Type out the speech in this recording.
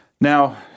Now